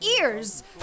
ears